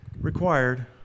required